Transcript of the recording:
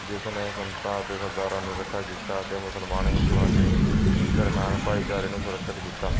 ਜਿਸ ਨੇ ਸੰਗਤਾਂ ਅਤੇ ਸਰਦਾਰਾਂ ਨੇ ਇਕੱਠਾ ਕੀਤਾ ਅਤੇ ਮੁਸਲਮਾਨ ਹਿੰਦੂਆਂ ਦੇ ਦਰਮਿਆਨ ਭਾਈਚਾਰੇ ਨੂੰ ਸੁਰੱਖਿਅਤ ਕੀਤਾ